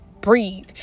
breathe